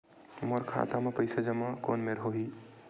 मोर खाता मा पईसा जमा कोन मेर होही?